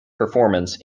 performance